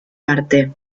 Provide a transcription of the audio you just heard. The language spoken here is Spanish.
arte